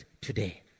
today